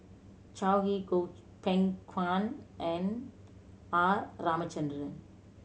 Yao Zi Goh Beng Kwan and R Ramachandran